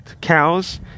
cows